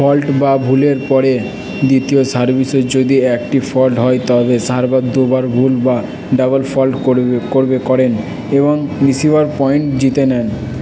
fault বা ভুলের পরে দ্বিতীয় সার্ভিসও যদি একটি ফল্ট হয় তবে সার্ভার দুবার ভুল বা ডবল ফল্ট করবে করবে করেন এবং রিসিভার পয়েন্ট জিতে নেন